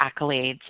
accolades